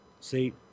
See